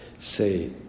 say